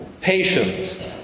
patience